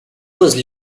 was